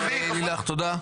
לוועדה קבועה,